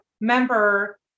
member